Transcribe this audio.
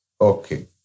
Okay